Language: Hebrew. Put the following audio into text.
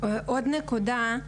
עוד נקודה,